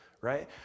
right